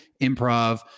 improv